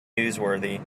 newsworthy